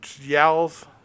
Yells